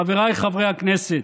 חבריי חברי הכנסת,